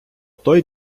той